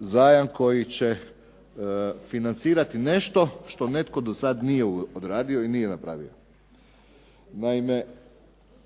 zajam koji će financirati nešto što nitko do sada nije uradio i nije napravio. Naime,